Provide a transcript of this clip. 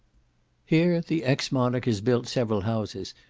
here the ex-monarch has built several houses,